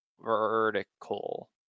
vertical